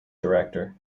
director